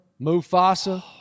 mufasa